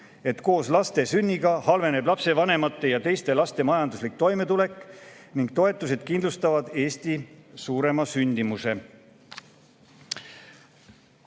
et koos laste sünniga halveneb lapsevanemate ja teiste laste majanduslik toimetulek, ning toetused kindlustavad Eesti suurema sündimuse.